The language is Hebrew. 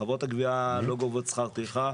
חברות הגבייה לא גובות שכר טרחה,